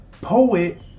poet